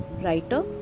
writer